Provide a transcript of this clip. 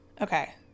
Okay